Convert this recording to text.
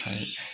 आमफ्राय